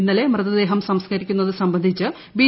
ഇന്നലെ മൃതദേഹം സംസ്ക്കരിക്കുന്നത് സംബന്ധിച്ച് ബി